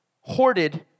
hoarded